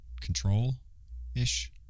control-ish